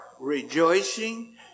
Rejoicing